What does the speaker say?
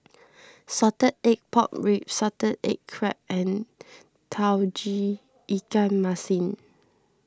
Salted Egg Pork Ribs Salted Egg Crab and Tauge Ikan Masin